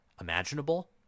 imaginable